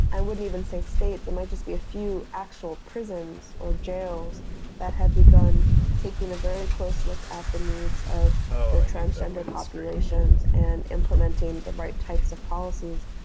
i wouldn't even say states, it might just be a few actual prisons or jails that have begun taking a very close look at the needs of their transgender populations and implementing the right types of policies.